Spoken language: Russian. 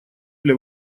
для